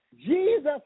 Jesus